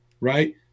right